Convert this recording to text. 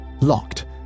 locked